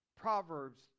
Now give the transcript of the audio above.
Proverbs